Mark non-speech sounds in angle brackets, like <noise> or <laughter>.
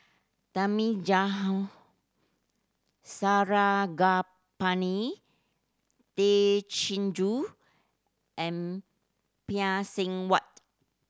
<unintelligible> Sarangapani Tay Chin Joo and Phay Seng Whatt